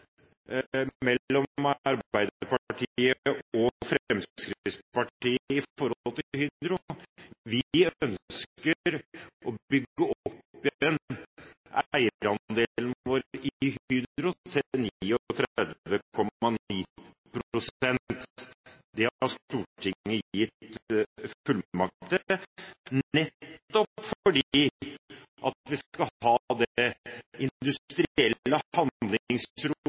Hydro. Vi ønsker å bygge opp igjen eierandelen vår i Hydro til 39,9 pst. Det har Stortinget gitt fullmakt til, nettopp fordi vi skal ha det industrielle